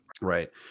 Right